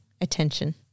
attention